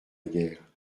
guerre